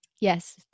Yes